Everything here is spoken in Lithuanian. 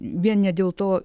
vien ne dėl to